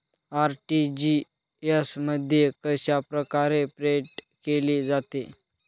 RTGS मध्ये कशाप्रकारे payment केले जाते?